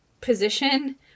position